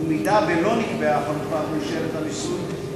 ואם לא נקבעה חלופה מאושרת לניסוי,